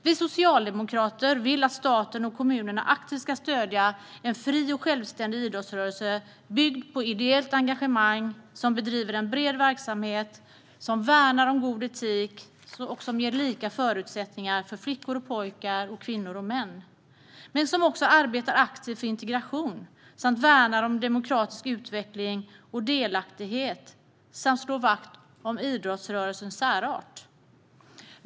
Vi socialdemokrater vill att staten och kommunerna aktivt ska stödja en fri och självständig idrottsrörelse, byggd på ideellt engagemang, som bedriver en bred verksamhet, som värnar om god etik, som ger lika förutsättningar för flickor och pojkar och kvinnor och män, som arbetar aktivt för integration och värnar om demokratisk utveckling och delaktighet samt slår vakt om idrottsrörelsens särart.